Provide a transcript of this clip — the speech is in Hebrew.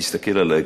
תסתכל עלי,